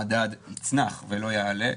המדד יצנח ולא יעלה.